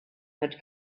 had